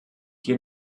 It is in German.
hier